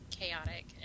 chaotic